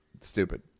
stupid